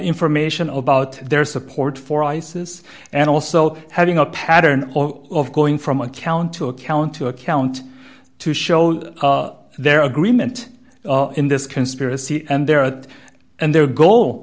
information about their support for isis and also having a pattern of going from account to account to account to show their agreement in this conspiracy and they're at and their goal